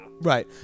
Right